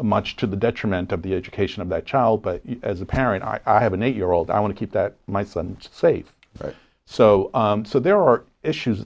much to the detriment of the education of that child but as a parent i have an eight year old i want to keep that my son's safe so so there are issues